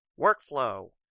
Workflow